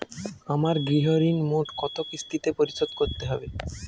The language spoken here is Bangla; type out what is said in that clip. আমার গৃহঋণ মোট কত কিস্তিতে পরিশোধ করতে হবে?